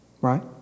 Right